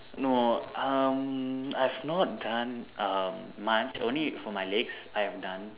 no um I've not done um much only for my legs I have done